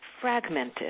fragmented